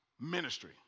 ministry